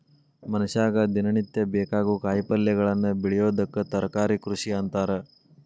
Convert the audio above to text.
ಮನಷ್ಯಾಗ ದಿನನಿತ್ಯ ಬೇಕಾಗೋ ಕಾಯಿಪಲ್ಯಗಳನ್ನ ಬೆಳಿಯೋದಕ್ಕ ತರಕಾರಿ ಕೃಷಿ ಅಂತಾರ